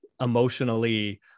emotionally